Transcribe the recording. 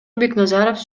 бекназаров